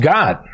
God